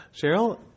Cheryl